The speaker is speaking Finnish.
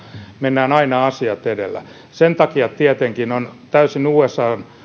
mennään aina asiat edellä sen takia tietenkin on täysin usan